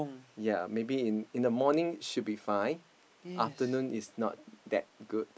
ya maybe in in the morning should be fine afternoon is not that good